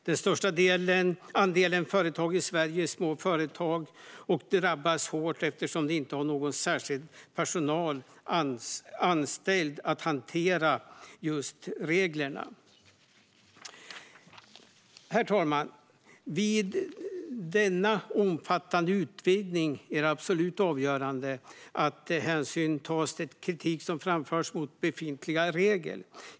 Den största andelen företag i Sverige är småföretag, som drabbas hårt eftersom de inte har någon särskild personal anställd att hantera reglerna. Herr talman! Vid denna omfattande utvidgning är det absolut avgörande att hänsyn tas till den kritik som framförs mot befintliga regler.